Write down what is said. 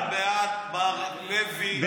עוד מעט מר לוי,